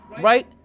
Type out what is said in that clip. right